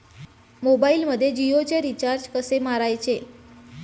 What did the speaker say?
मोबाइलमध्ये जियोचे रिचार्ज कसे मारायचे?